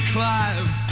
Clive